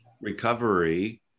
Recovery